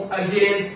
again